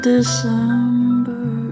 December